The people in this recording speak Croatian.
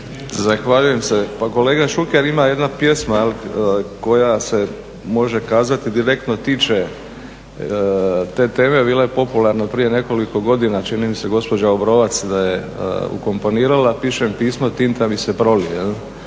Zahvaljujem se. Pa kolega Šuker, ima jedna pjesma koja se može kazati direktno tiče te teme, bila je popularna prije nekoliko godina. Čini mi se gospođa Obrovac je ukomponirala, pišem pismo, tinta mi se prolije.